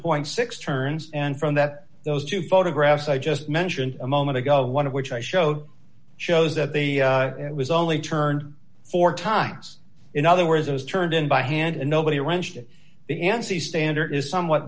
point six turns and from that those two photographs i just mentioned a moment ago one of which i showed shows that the it was only turned four times in other words it was turned in by hand and nobody when shit the n c standard is somewhat